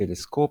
טלסקופ,